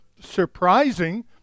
surprising